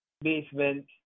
basement